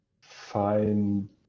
find